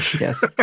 yes